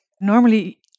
normally